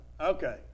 Okay